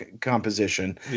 composition